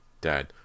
Dad